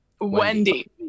Wendy